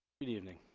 good evening